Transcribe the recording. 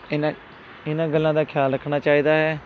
ਇਹਨਾ ਇਹਨਾਂ ਗੱਲਾਂ ਦਾ ਖਿਆਲ ਰੱਖਣਾ ਚਾਹੀਦਾ ਹੈ